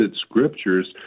scriptures